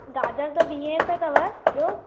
गाजर त वीहे रुपये अथव ॿियों